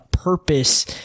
purpose